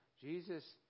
Jesus